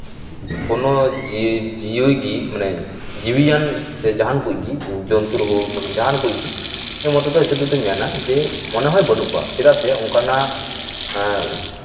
ᱠᱳᱱᱳ ᱡᱤᱵᱽ ᱡᱤᱣᱤ ᱜᱮ ᱢᱟᱱᱮ ᱡᱤᱣᱤᱣᱟᱱ ᱥᱮ ᱡᱟᱦᱟᱱ ᱠᱚᱡ ᱜᱮ ᱡᱤᱵᱽ ᱡᱚᱱᱛᱨᱩ ᱦᱳᱠ ᱢᱟᱱᱮ ᱡᱟᱦᱟᱱ ᱠᱚᱡ ᱜᱮ ᱤᱧᱟᱹᱜ ᱢᱚᱛ ᱛᱮ ᱦᱤᱥᱟᱹᱵ ᱛᱮᱫᱚᱧ ᱢᱮᱱᱟ ᱡᱮ ᱢᱚᱱᱮ ᱦᱚᱭ ᱵᱟᱹᱱᱩᱜ ᱠᱚᱣᱟ ᱪᱮᱫᱟᱜ ᱥᱮ ᱚᱱᱠᱟᱱᱟᱜ